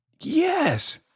Yes